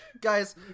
Guys